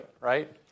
right